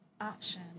option